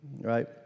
right